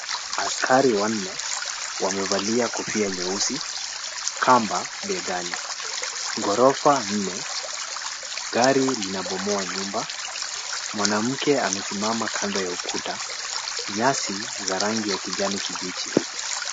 Askari wanne, wamevalia kofia nyeusi, kamba begani. Ghorofa nne, gari linabomoa nyumba. Mwanamke amesimama kando ya ukuta. Nyasi za rangi ya kijani kibichi.